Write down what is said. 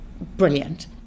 brilliant